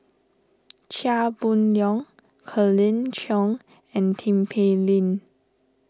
Chia Boon Leong Colin Cheong and Tin Pei Ling